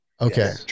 Okay